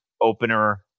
Opener